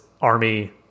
army